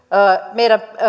meidän